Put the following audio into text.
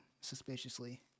suspiciously